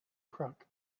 crook